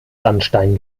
sandstein